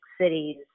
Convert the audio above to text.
cities